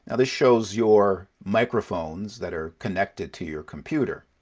and this shows your microphones that are connected to your computer.